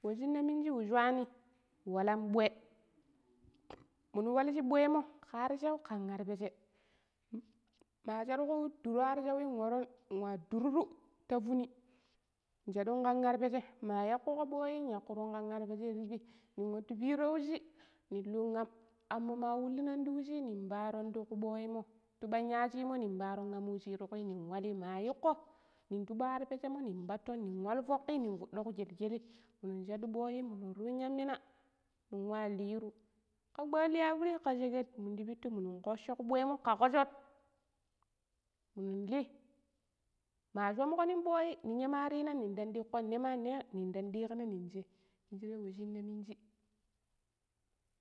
﻿We shine minji shuni walan ɓue minu walji ɓue mo ka arshau kan arpeshe, ma shaduka wu duro arshau waran wa duru ta funi shadun kan arpshei ma yakuko bue nyako arpeshei ti bii ning wattu piro wuji ning lun am, ammo ma wulinan ni wuji nin paaron tuku ɓue mo ti ɓong yashi mo nin paron amuji tukui nin walli maikko nin tubu arpeshenmo nina pattan nin walfoki ning shoofo kugeigeli nin shadu bue nin run yamina ning wa lirru, ka kpaliyoapidi ka sheket minun pittu minun kosho ku bue mo ka koshok minunlii ma shamko nin bue ninya ma rina nin ndan diikurun nema ne ning dang dikkina nen jee mingire wa shina minu shiiji.